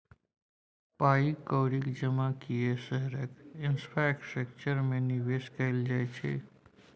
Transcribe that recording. पाइ कौड़ीक जमा कए शहरक इंफ्रास्ट्रक्चर मे निबेश कयल जाइ छै